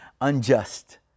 unjust